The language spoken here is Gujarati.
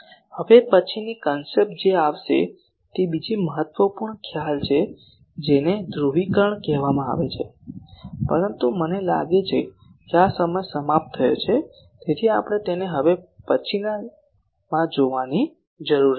હવે પછીની કન્સેપ્ટ જે આવશે તે બીજી મહત્વપૂર્ણ ખ્યાલ છે જેને ધ્રુવીકરણ કહેવામાં આવે છે પરંતુ મને લાગે છે કે આ સમય સમાપ્ત થયો છે તેથી આપણે તેને હવે પછીનામાં જોવાની જરૂર રહેશે